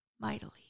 mightily